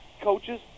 coaches